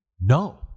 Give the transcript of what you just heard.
No